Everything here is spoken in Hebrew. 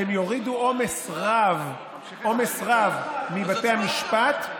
הם יורידו עומס רב מבתי המשפט.